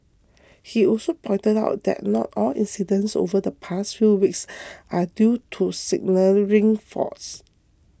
he also pointed out that not all incidents over the past few weeks are due to signalling faults